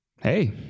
hey